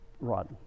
Rod